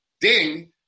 ding